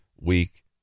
weak